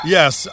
Yes